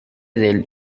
del